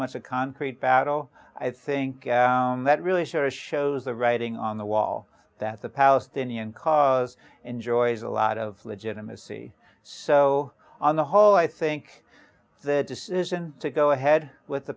much a concrete battle i think that really show it shows the writing on the wall that the palestinian cause enjoys a lot of legitimacy so on the whole i think the decision to go ahead with the